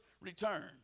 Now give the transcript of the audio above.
return